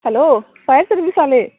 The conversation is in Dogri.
हैलो फायर सर्विस आह्ले